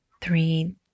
three